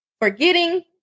Forgetting